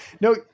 No